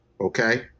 okay